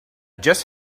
just